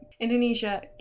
Indonesia